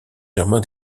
germain